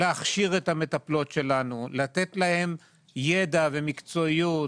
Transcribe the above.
מנת להכשיר את המטפלות שלנו ולתת להם ידע ומקצועיות,